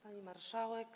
Pani Marszałek!